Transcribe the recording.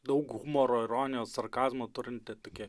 daug humoro ironijos sarkazmo turintį tokį